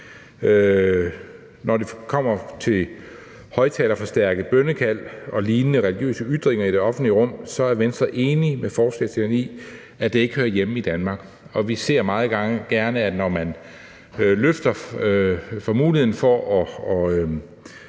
Når det kommer til højtalerforstærket bønnekald og lignende religiøse ytringer i det offentlige rum, er Venstre enige med forslagsstillerne i, at det ikke hører hjemme i Danmark. Vi ser meget gerne, at man, når man får mulighed for at